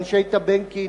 מאנשי טבנקין,